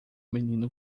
menino